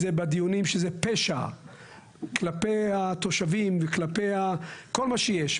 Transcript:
זה בדיונים שזה פשע כלפי התושבים וכלפי כל מה שיש.